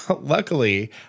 luckily